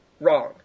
wrong